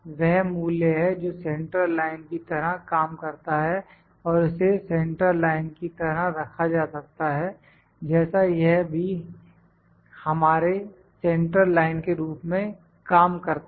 वह मूल्य है जो सेंट्रल लाइन की तरह काम करता है और इसे सेंट्रल लाइन की तरह रखा जा सकता है जैसा यह भी हमारे सेंट्रल लाइन के रूप में काम करता है